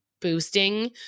boosting